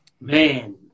Man